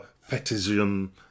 fetishism